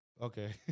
Okay